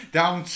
down